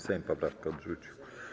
Sejm poprawkę odrzucił.